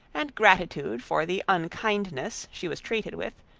and gratitude for the unkindness she was treated with,